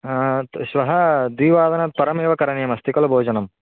हा श्वः द्विवादनात् परमेव करणीयमस्ति खलु भोजनं